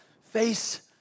face